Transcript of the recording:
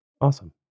Awesome